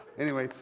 anyway,